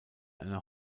einer